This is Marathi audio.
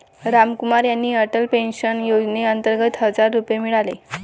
रामकुमार यांना अटल पेन्शन योजनेअंतर्गत हजार रुपये मिळाले